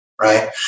right